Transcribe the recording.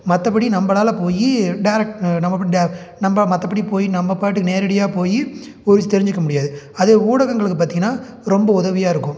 மற்றபடி நம்பளால் போய் டேரக்ட் நம்ப போயி டே நம்ப மற்றபடி போய் நம்மபாட்டுக்கு நேரடியாக போய் ஒரு விஷயம் தெரிஞ்சுக்க முடியாது அதே ஊடகங்களுக்கு பார்த்திங்கனா ரொம்ப உதவியாக இருக்கும்